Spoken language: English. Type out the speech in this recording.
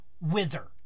wither